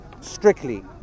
strictly